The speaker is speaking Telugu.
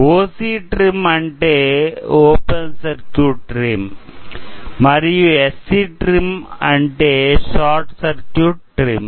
ఓసి ట్రిమ్ అంటే ఓపెన్ సర్క్యూట్ ట్రిమ్ మరియు ఎస్ సి ట్రిమ్ అంటే షార్ట్ సర్క్యూట్ ట్రిమ్